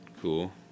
Cool